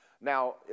Now